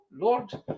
Lord